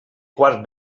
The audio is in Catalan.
quart